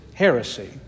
heresy